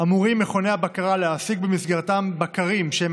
אמורים מכוני הבקרה להעסיק במסגרתם בקרים שהם